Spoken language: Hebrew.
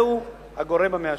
זהו הגורם המאשר.